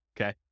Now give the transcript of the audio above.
okay